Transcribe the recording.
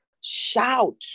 shout